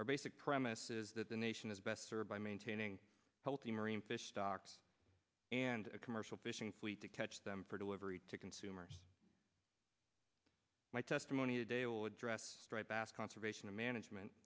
our basic premise is that the nation is best served by maintaining healthy marine fish stocks and a commercial fishing fleet to catch them for delivery to consumers my testimony today will address right bass conservation and management